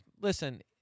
Listen